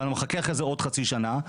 ואתה מחכה אחרי זה עוד חצי שנה.